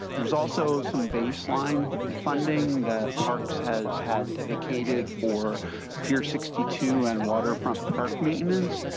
there is also some baseline funding that parks has had dedicated for pier sixty two and waterfront park maintenance.